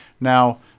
Now